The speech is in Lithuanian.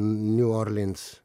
new orleans